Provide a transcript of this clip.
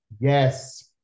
yes